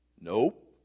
Nope